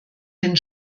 den